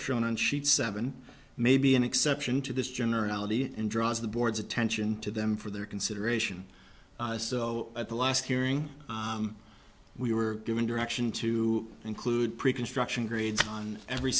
shown on sheet seven may be an exception to this generality and draws the board's attention to them for their consideration so at the last hearing we were given direction to include pre construction grades on every